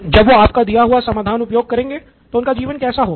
जब वो आपका दिया हुआ समाधान उपयोग करेंगे तो उनका जीवन कैसा होगा